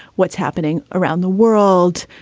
what's happening around the world?